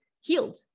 healed